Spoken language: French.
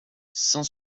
sans